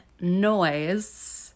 noise